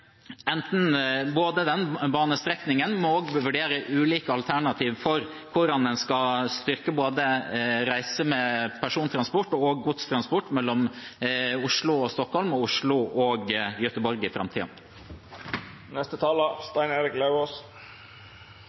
enten den banestrekningen, eller man må også vurdere ulike alternativer for hvordan man skal styrke reise med både persontransport og godstransport mellom Oslo og Stockholm og Oslo og Göteborg i